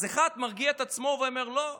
אז אחד מרגיע את עצמו ואומר: לא,